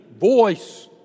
voice